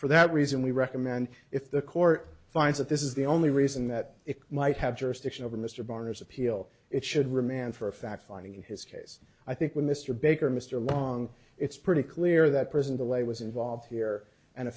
for that reason we recommend if the court finds that this is the only reason that it might have jurisdiction over mr barnes appeal it should remand for a fact finding in his case i think mr baker mr wrong it's pretty clear that prison the way was involved here and